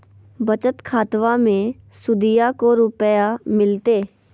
बचत खाताबा मे सुदीया को रूपया मिलते?